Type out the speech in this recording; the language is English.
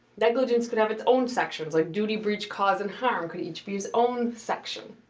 negligence could have its own sections. like, duty, breach, cause, and harm, could each be its own section.